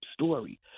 story